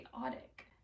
chaotic